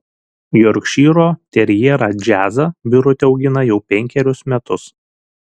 jorkšyro terjerą džiazą birutė augina jau penkerius metus